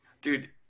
Dude